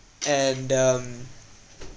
and um